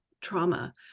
trauma